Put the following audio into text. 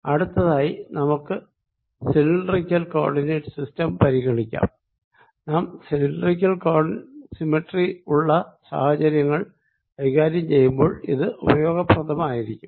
അടുത്തതായി നമുക്ക് cylindrical coordinate system പരിഗണിക്കാം നാം സിലിണ്ടറിക്കൽ സിമെട്രിയുള്ള സാഹചര്യങ്ങൾ കൈകാര്യം ചെയ്യുമ്പോൾ ഇത് ഉപയോഗപ്രദമായിരിക്കും